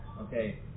okay